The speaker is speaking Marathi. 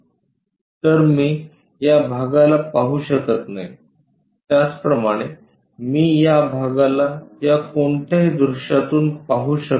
तर मी या भागाला पाहू शकत नाही त्याचप्रमाणे मी या भागाला या कोणत्याही दृश्यातून पाहू शकत नाही